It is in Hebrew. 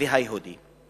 והמגזר היהודי.